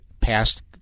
past